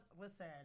Listen